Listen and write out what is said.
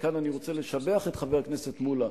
וכאן אני רוצה לשבח את חבר הכנסת מולה,